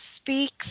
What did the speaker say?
Speaks